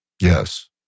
Yes